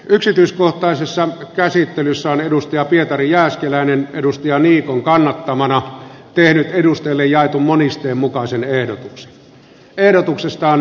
yksityiskohtaisessa käsittelyssä on edustaja pietari jääskeläinen edustaja niikon kannattamana perin edustajille jaettu monisteen mukaan sen ehdotus ehdotuksestaan